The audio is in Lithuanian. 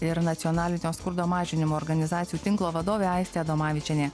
ir nacionalinio skurdo mažinimo organizacijų tinklo vadovė aistė adomavičienė